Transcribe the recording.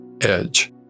edge